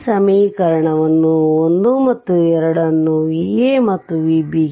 ಈ ಸಮೀಕರಣವನ್ನು 1 ಮತ್ತು 2 ಅನ್ನು Va ಮತ್ತು Vb